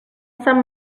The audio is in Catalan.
sant